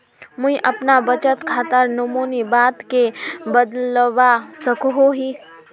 मुई अपना बचत खातार नोमानी बाद के बदलवा सकोहो ही?